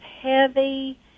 heavy